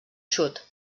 xut